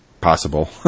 possible